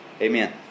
Amen